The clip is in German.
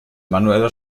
manueller